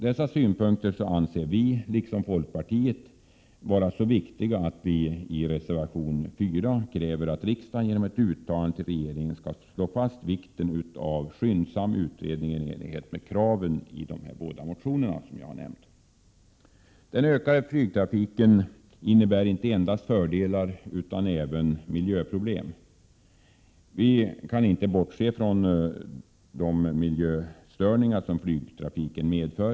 Dessa synpunkter anser vi — liksom folkpartiet — vara så viktiga att vi i reservation 4 kräver att riksdagen genom ett uttalande till regeringen slår fast vikten av skyndsam utredning i enlighet med kraven i dessa båda motioner. Den ökande flygtrafiken innebär inte endast fördelar utan även miljöproblem. Man kan inte bortse från de miljöstörningar som flygtrafiken medför.